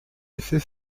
effet